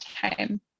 time